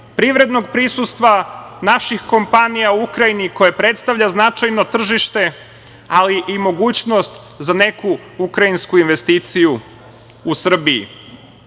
privrednog prisustva, naših kompanija u Ukrajini koje predstavlja značajno tržište, ali i mogućnost za neku ukrajinsku investiciju u Srbiji. Kao